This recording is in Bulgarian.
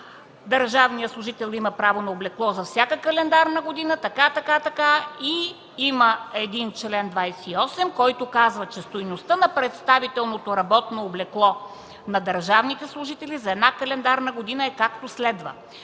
държавният служител има право на облекло за всяка календарна година и така нататък. Има и един чл. 28, в който се казва, че стойността на представителното работно облекло на държавните служители за една календарна година е, както следва: